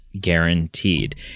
guaranteed